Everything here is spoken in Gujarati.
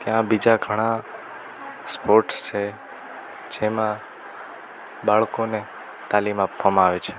ત્યાં બીજા ઘણા સ્પોર્ટ્સ છે જેમાં બાળકોને તાલીમ આપવામાં આવે છે